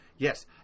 Yes